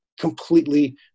completely